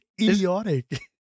idiotic